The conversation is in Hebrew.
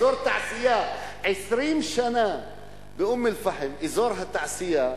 אזור תעשייה 20 שנה אזור התעשייה